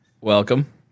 Welcome